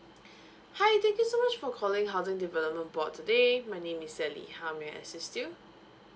hi thank you so much for calling housing development board today my name is sally how may I assist you